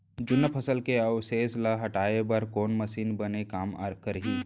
जुन्ना फसल के अवशेष ला हटाए बर कोन मशीन बने काम करही?